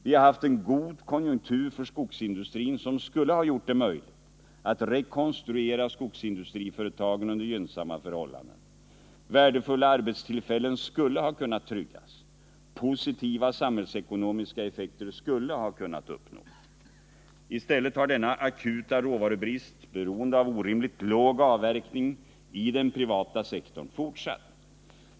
Vi har haft en god konjunktur för skogsindustrin, som skulle ha gjort det möjligt att rekönstruera skogsindustriföretagen under gynnsamma förhållanden. Vär defulla arbetstillfällen skulle ha kunnat tryggas. Positiva samhällsekonomiska effekter skulle ha kunnat uppnås. I stället har denna akuta råvarubrist, beroende av orimligt låg avverkning i den privata sektorn, fortsatt.